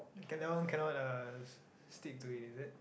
ok that one cannot uh stick to it is it